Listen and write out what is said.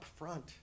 upfront